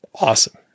awesome